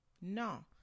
no